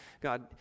God